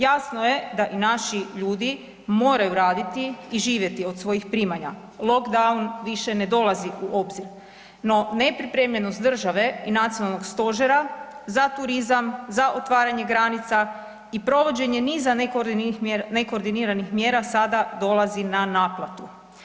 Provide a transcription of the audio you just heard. Jasno je da i naši ljudi moraju raditi i živjeti od svojih primanja, lock down više ne dolazi u obzir no nepripremljenost države i nacionalnog stožera za turizam, za otvaranje granica i provođenje niza nekoordiniranih mjera sada dolazi na naplatu.